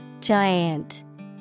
Giant